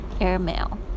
airmail